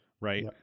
right